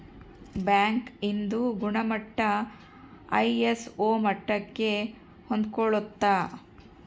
bank ಇಂದು ಗುಣಮಟ್ಟ ISO ಮಟ್ಟಕ್ಕೆ ಹೊಂದ್ಕೊಳ್ಳುತ್ತ